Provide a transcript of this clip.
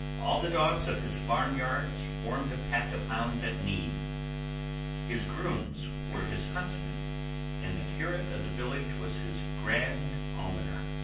all the dogs of his farm-yards formed a pack of hounds at need his grooms were his huntsmen and the curate of the village was his grand almoner.